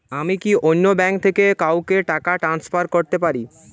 আমি কি অন্য ব্যাঙ্ক থেকে কাউকে টাকা ট্রান্সফার করতে পারি?